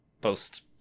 post